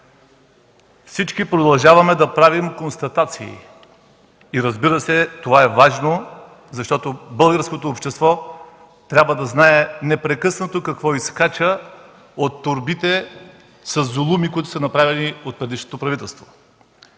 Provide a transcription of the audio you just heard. Всички продължаваме да правим констатации и, разбира се, това е важно, защото българското общество трябва да знае непрекъснато какво изскача от торбите със зулуми, които са направени от предишното правителство.